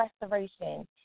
restoration